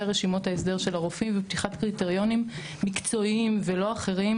רשימות ההסדר של הרופאים ופתיחת קריטריונים מקצועיים ולא אחרים